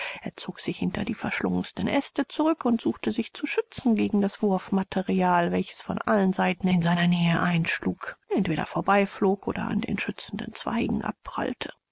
er zog sich hinter die verschlungendsten aeste zurück und suchte sich zu schützen gegen das wurf material welches von allen seiten in seiner nähe einschlug entweder vorbeiflog oder an den schützenden zweigen abprallte